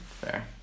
Fair